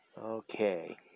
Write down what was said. Okay